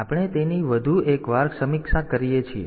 તેથી આપણે તેની વધુ એક વાર સમીક્ષા કરી શકીએ છીએ